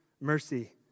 mercy